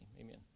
Amen